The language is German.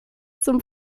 zum